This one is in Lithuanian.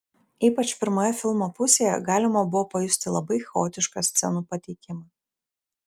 ypač pirmoje filmo pusėje galima buvo pajusti labai chaotišką scenų pateikimą